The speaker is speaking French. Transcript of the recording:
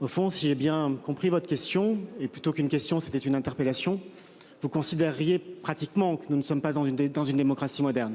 Au fond, si j'ai bien compris votre question est plutôt qu'une question c'était une interpellation vous considériez pratiquement que nous ne sommes pas dans une des dans une démocratie moderne.